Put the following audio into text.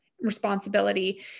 responsibility